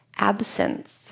absence